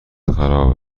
خراب